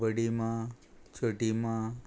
बडी माँ छोटी माँ